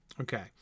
Okay